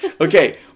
Okay